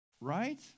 right